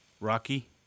Rocky